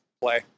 play